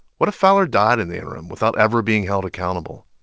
what if fowler died in the interim without ever being held accountable?